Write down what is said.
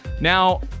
now